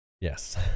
yes